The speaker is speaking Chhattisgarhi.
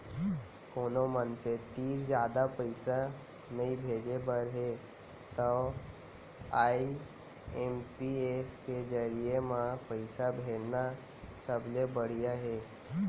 कोनो मनसे तीर जादा पइसा नइ भेजे बर हे तव आई.एम.पी.एस के जरिये म पइसा भेजना सबले बड़िहा हे